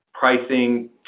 pricing